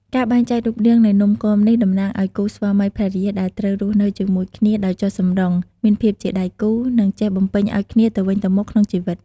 ការបែងចែករូបរាងនៃនំគមនេះតំណាងឲ្យគូស្វាមីភរិយាដែលត្រូវរស់នៅជាមួយគ្នាដោយចុះសម្រុង មានភាពជាដៃគូ និងចេះបំពេញឲ្យគ្នាទៅវិញទៅមកក្នុងជីវិត។